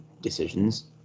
decisions